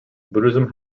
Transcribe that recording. buddhism